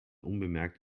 unbemerkt